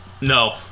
No